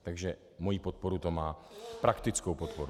Takže moji podporu to má, praktickou podporu.